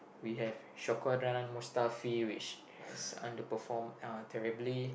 we have Shkodran-Mustafi which has underperform uh terribly